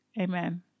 Amen